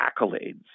accolades